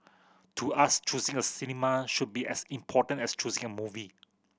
to us choosing a cinema should be as important as choosing a movie